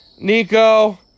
Nico